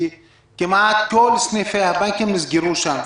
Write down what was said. כי כמעט כל סניפי הבנקים נסגרו שם.